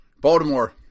Baltimore